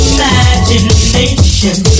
Imagination